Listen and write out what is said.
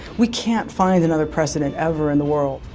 we can't find another precedent ever in the world.